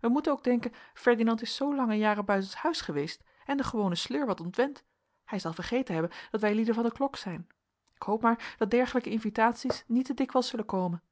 wij moeten ook denken ferdinand is zoo lange jaren buitenshuis geweest en de gewone sleur wat ontwend hij zal vergeten hebben dat wij lieden van de klok zijn ik hoop maar dat dergelijke invitaties niet te dikwijls zullen komen